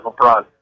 LeBron